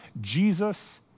Jesus